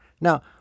Now